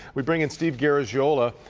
we bring in steve garagiola.